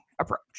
approach